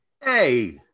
Hey